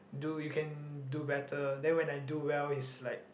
do you can do better then when I do well he's like